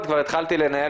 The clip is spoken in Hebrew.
ותברר למה אתה שותה.